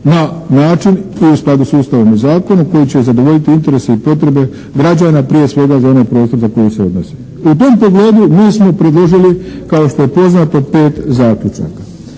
na način i u skladu s Ustavom i zakonom koji će zadovoljiti interese i potrebe građana prije svega za onaj prostor na koji se odnosi. U tom pogledu mi smo predložili kao što je poznato pet zaključaka.